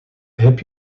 heb